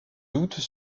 doutes